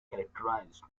characterized